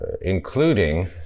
including